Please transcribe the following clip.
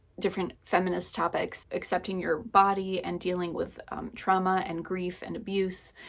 different feminist topics. accepting your body, and dealing with trauma and grief and abuse,